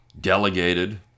delegated